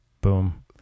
boom